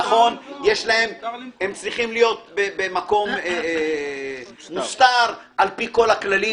הם צריכים להיות במקום מוסתר, לפי כל הכללים